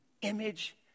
image